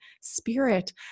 spirit